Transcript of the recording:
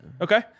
Okay